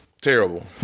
Terrible